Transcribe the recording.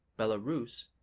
belarus,